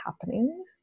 happening